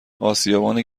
اسیابان